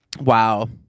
Wow